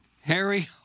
Harry